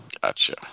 Gotcha